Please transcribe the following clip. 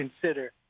consider